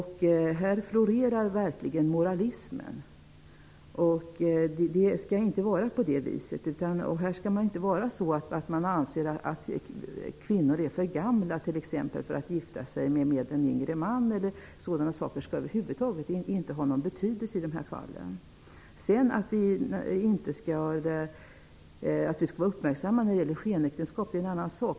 Här florerar verkligen moralismen. Det skall inte vara på det viset. Det skall inte vara så att man anser att kvinnor är för gamla för att gifta sig med en yngre man. Sådana saker skall över huvud taget inte ha någon betydelse i dessa fall. Det är en annan sak att vi skall vara uppmärksamma när det gäller skenäktenskap.